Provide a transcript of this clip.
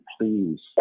please